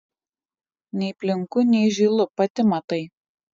nei plinku nei žylu pati matai